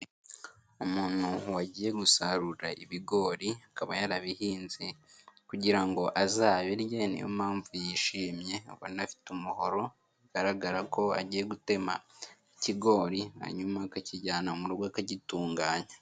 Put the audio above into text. Umuntu wagiye gusarura ibigori akaba yarabihinze kugira ngo azabirye, niyo mpamvu yishimye ubona anafite umuhoro bigaragara ko agiye gutema ikigori hanyuma akakijyana mu rugo akagitunganya.